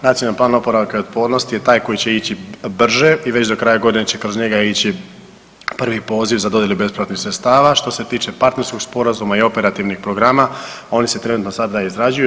Nacionalni plan oporavka i otpornosti je taj koji će ići brže i već do kraja godine će kroz njega ići prvi poziv za dodjelu besplatnih sredstava što se tiče partnerskog sporazuma i operativnih programa oni se trenutno sada izrađuju.